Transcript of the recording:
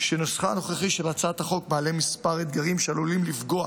רק שנוסחה הנוכחי של הצעת החוק מעלה כמה אתגרים שעלולים לפגוע